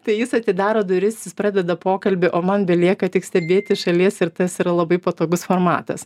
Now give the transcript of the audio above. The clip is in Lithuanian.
tai jis atidaro duris jis pradeda pokalbį o man belieka tik stebėti iš šalies ir tas yra labai patogus formatas